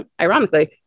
ironically